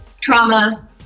trauma